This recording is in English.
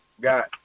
got